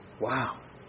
Wow